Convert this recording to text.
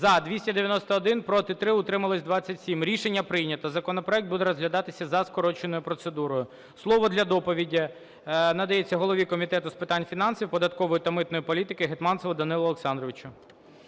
За-291 Проти – 3, утримались – 27. Рішення прийнято, законопроект буде розглядатися за скороченою процедурою. Слово для доповіді надається голові Комітету з питань фінансів, податкової та митної політики Гетманцеву Данилу Олександровичу.